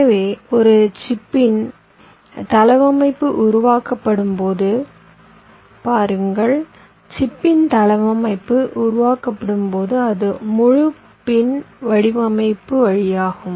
எனவே ஒரு சிப்பின் தளவமைப்பு உருவாக்கப்படும் போது பாருங்கள் சிப்பின் தளவமைப்பு உருவாக்கப்படும்போது அது முழு பின் வடிவமைப்பு வழியாகும்